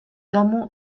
domu